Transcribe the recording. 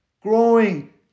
growing